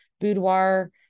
boudoir